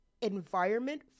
environment